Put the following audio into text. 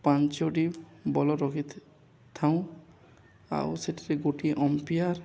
ପାଞ୍ଚଟି ବଲ୍ ରଖିଥାଉଁ ଆଉ ସେଠାରେ ଗୋଟିଏ ଅମ୍ପେୟାର୍